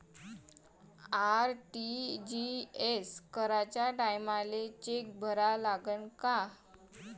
RTGS कराच्या टायमाले cheque भरा लागन का?